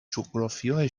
جغرافیای